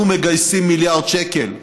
אנחנו מגייסים מיליארד שקל.